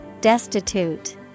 destitute